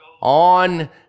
on